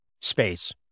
space